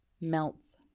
melts